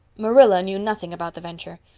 marilla knew nothing about the venture.